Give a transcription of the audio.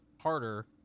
harder